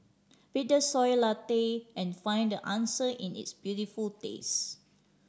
pick the Soy Latte and find the answer in its beautiful taste